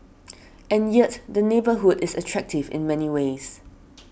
and yet the neighbourhood is attractive in many ways